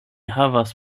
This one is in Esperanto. havas